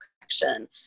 connection